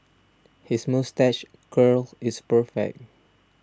his moustache curl is perfect